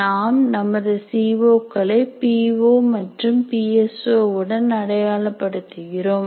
நாம் நமது C O களை பி ஓ மற்றும் பி எஸ் ஓ உடன் அடையாள படுத்துகிறோம்